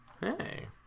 Hey